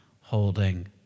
holding